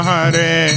Hare